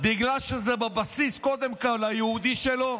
קודם כול, בגלל שזה בבסיס היהודי שלו,